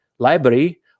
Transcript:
library